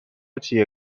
چیه